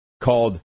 called